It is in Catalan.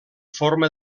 forma